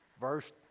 Verse